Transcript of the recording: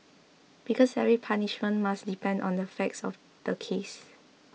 because every punishment must depend on the facts of the case